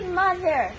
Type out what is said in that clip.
mother